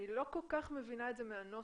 אני לא כל כך מבינה את זה מהנוסח.